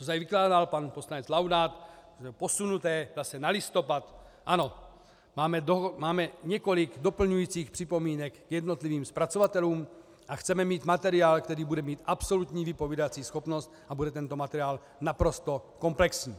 To, co tady vykládal pan poslanec Laudát, že je to posunuté zase na listopad ano, mám několik doplňujících připomínek k jednotlivým zpracovatelům a chceme mít materiál, který bude mít absolutní vypovídací schopnost, a bude tento materiál naprosto komplexní.